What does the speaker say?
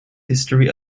history